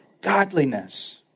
godliness